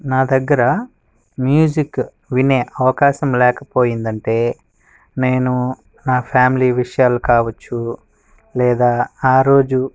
నా దగ్గర మ్యూజిక్ వినే అవకాశం లేకపోయింది అంటే నేను నా ఫ్యామిలీ విషయాలు కావచ్చు లేదా ఆ రోజు